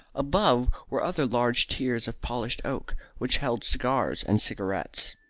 above were other larger tiers of polished oak, which held cigars and cigarettes.